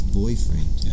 boyfriend